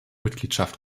mitgliedschaft